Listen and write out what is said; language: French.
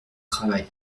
travail